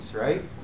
right